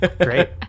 Great